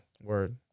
word